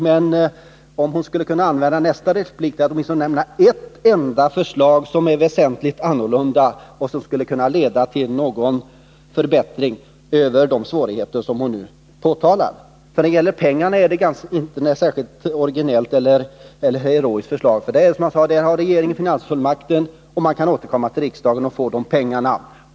men hon skulle kunna använda nästa replik till att nämna åtminstone ett enda förslag som är väsentligt annorlunda och som kan leda till någon förbättring av de svårigheter som hon nu påtalar. När det gäller pengarna har man inte något särskilt originellt eller heroiskt förslag. Regeringen har, som jag sade, finansfullmakten, och det går att återkomma till riksdagen och begära mera pengar.